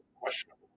questionable